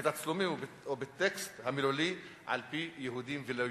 בתצלומים ובטקסט המילולי על-פי יהודים ולא-יהודים.